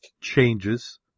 changes